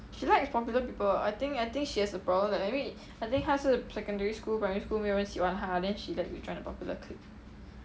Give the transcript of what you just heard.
she likes popular people I think I think she has a problem that I mean I think 她是 secondary school primary school 没有人喜欢她 then she like to join the popular clique